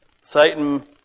Satan